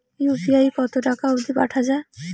UPI কতো টাকা অব্দি পাঠা যায়?